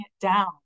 down